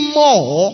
more